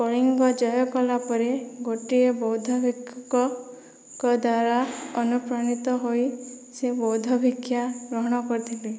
କଳିଙ୍ଗ ଜୟ କଲା ପରେ ଗୋଟିଏ ବୌଦ୍ଧଙ୍କ ଦ୍ଵାରା ଅନୁପ୍ରାଣିତ ହୋଇ ସେ ବୌଦ୍ଧ ଭିକ୍ଷା ଗ୍ରହଣ କରିଥିଲେ